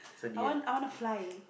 I want I want to fly